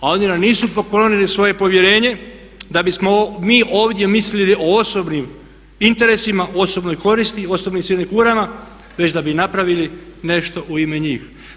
A oni nam nisu poklonili svoje povjerenje da bismo mi ovdje mislili o osobnim interesima, osobnoj koristi, osobnim sinekurama već da bi napravili nešto u ime njih.